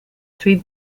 three